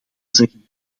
zeggen